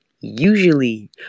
usually